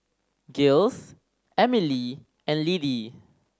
Giles Emilee and Lidie